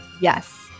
Yes